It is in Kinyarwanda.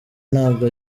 ntabwo